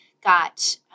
got